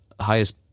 highest